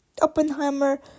Oppenheimer